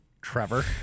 Trevor